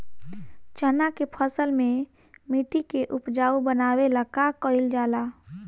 चन्ना के फसल में मिट्टी के उपजाऊ बनावे ला का कइल जाला?